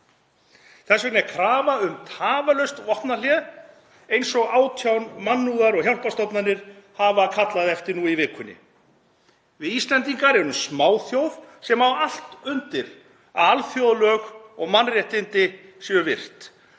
Þess vegna er krafa um tafarlaust vopnahlé eins og 18 mannúðar- og hjálparstofnanir hafa kallað eftir nú í vikunni. Við Íslendingar erum smáþjóð sem á allt undir því að alþjóðalög og mannréttindi séu virt.